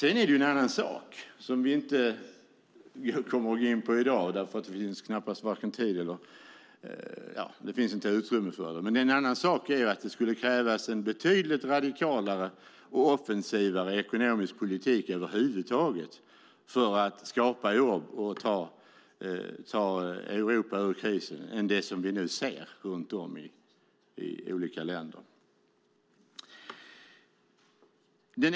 En annan sak, som vi inte kommer att gå in på i dag eftersom det inte finns utrymme för det, är att det skulle krävas en betydligt radikalare och offensivare ekonomisk politik över huvud taget för att skapa jobb och ta Europa ur krisen än det som vi nu ser runt om i olika länder.